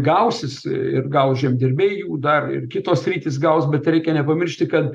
gausis ir gaus žemdirbiai dar ir kitos sritys gaus bet reikia nepamiršti kad